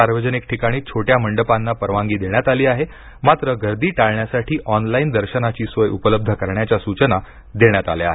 सार्वजनिक ठिकाणी छोट्या मंडपांना परवानगी देण्यात आली आहे मात्र गर्दी टाळण्यासाठी ऑनलाइन दर्शनाची सोय उपलब्ध करण्याच्या सूचना देण्यात आल्या आहेत